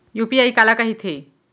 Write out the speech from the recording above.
UPI काला कहिथे?